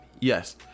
yes